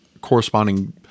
corresponding